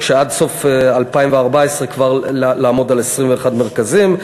ועד סוף 2014 כבר לעמוד על 21 מרכזים.